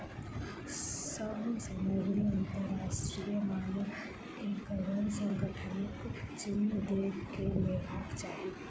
सभ सामग्री अंतरराष्ट्रीय मानकीकरण संगठनक चिन्ह देख के लेवाक चाही